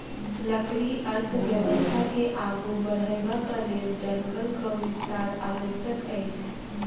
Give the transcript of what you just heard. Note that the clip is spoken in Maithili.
लकड़ी अर्थव्यवस्था के आगू बढ़यबाक लेल जंगलक विस्तार आवश्यक अछि